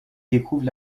découvre